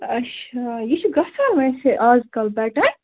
اَچھا یہِ چھُ گژھان ویسے اَز کَل بٹَن